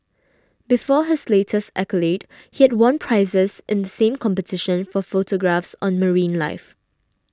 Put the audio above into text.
before his latest accolade he had won prizes in the same competition for photographs on marine life